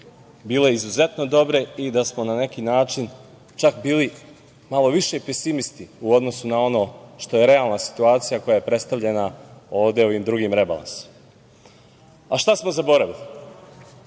bile izuzetno dobre i da smo na neki način čak bili malo više pesimisti u odnosu na ono što je realna situacija koja je predstavljena ovde ovim drugim rebalansom. Šta smo zaboravili?